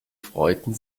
freuten